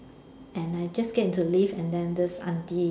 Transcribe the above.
and I just get into lift and then this auntie